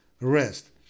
rest